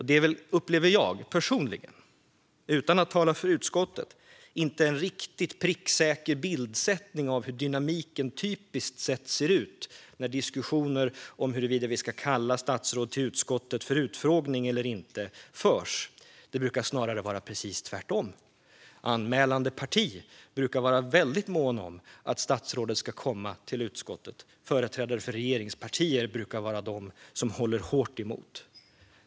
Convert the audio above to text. Detta upplever jag personligen, utan att tala för utskottet, inte som en riktigt pricksäker bildsättning av hur dynamiken typiskt sett ser ut när diskussioner förs om huruvida vi ska kalla statsråd till utskottet för utfrågning eller inte. Det brukar snarare vara precis tvärtom. Anmälande parti brukar vara väldigt mån om att statsråd ska komma till utskottet, och företrädare för regeringspartier brukar hålla hårt emot.